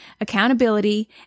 accountability